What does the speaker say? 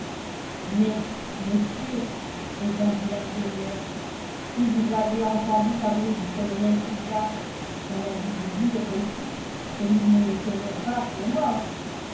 mais monsieur répondit l'ingénieur si vous avez entendu parler du colonel fougas on a dû vous dire aussi que nous ne le tenons pas pour mort